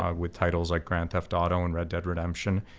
um with titles like grand theft auto and red dead redemption,